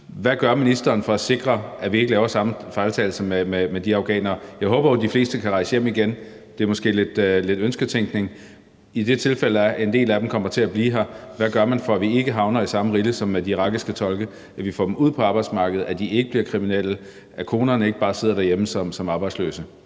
Hvad gør ministeren for at sikre, at vi ikke laver samme fejltagelse med de afghanere? Jeg håber jo, at de fleste kan rejse hjem igen. Det er måske lidt ønsketænkning. I det tilfælde, at en del af dem kommer til at blive her, hvad gør man så for, at vi ikke havner i samme rille som med de irakiske tolke, men at vi får dem ud på arbejdsmarkedet, at de ikke bliver kriminelle, og at konerne ikke bare sidder derhjemme som arbejdsløse?